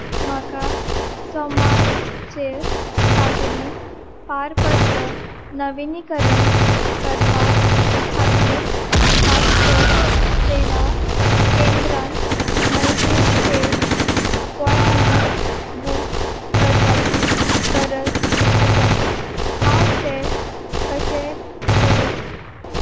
म्हाका सोमारचेर तातडीन पारपत्र नविनीकरण करपा खातीर पासपोर्ट सेवा केंद्रांत मैसूरचेर अपॉयंटमँट बूक करपाची गरज आसा हांव तें कशें करूं